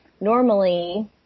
normally